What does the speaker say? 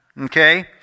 Okay